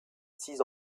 six